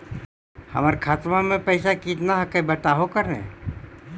हमर खतवा में पैसा कितना हकाई बताहो करने?